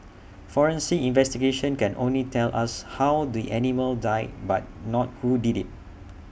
forensic investigations can only tell us how the animal died but not who did IT